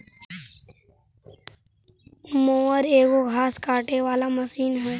mower एगो घास काटे वाला मशीन हई